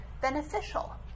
beneficial